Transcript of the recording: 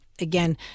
Again